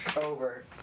over